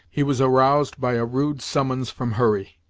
he was aroused by a rude summons from hurry,